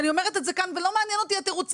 ואני אומרת את זה כאן ולא מעניין אותי התירוצים.